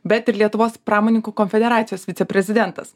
bet ir lietuvos pramoninkų konfederacijos viceprezidentas